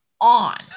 on